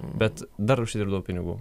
bet dar užsidirbau pinigų